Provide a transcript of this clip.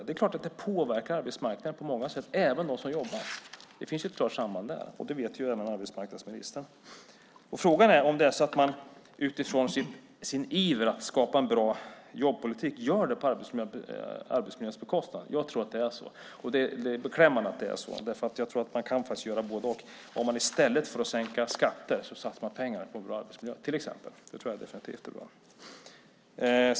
Det är klart att det påverkar arbetsmarknaden på många sätt och även dem som jobbar. Det finns ett klart samband. Det vet arbetsmarknadsministern. Frågan är om man i sin iver att skapa en bra jobbpolitik gör det på arbetsmiljöns bekostnad. Jag tror att det är så. Det är beklämmande att det är så. Jag tror att man kan göra både-och. I stället för att sänka skatter kan man till exempel satsa pengar på bra arbetsmiljö. Det tror jag definitivt vore bra.